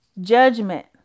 judgment